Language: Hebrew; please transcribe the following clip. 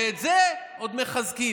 ואת זה את מחזקים.